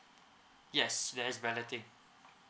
yes there is balloting